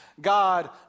God